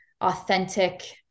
authentic